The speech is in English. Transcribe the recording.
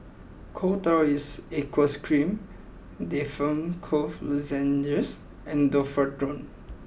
Coal Tar in Aqueous Cream Difflam Cough Lozenges and Domperidone